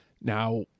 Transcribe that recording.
now